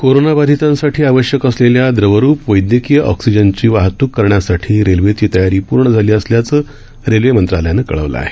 कोरोनाबाधितांसाठी आवश्यक असलेल्या द्रवरुप वैदयकीय ऑक्सिजनची वाहतूक करण्यासाठीची रेल्वेची तयारी पूर्ण झाली असल्याचं रेल्वे मंत्रालयानं कळवलं आहे